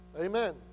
Amen